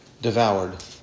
devoured